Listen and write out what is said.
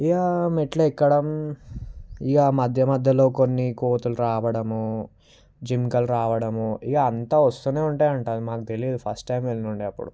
ఇక మెట్లు ఎక్కడం ఇక మధ్య మధ్యలో కొన్ని కోతులు రావడము జింకలు రావడము ఇక అంతా వస్తూనే ఉంటాయట మాకు తెలియదు ఫస్ట్ టైం వెళ్ళి ఉండే అప్పుడు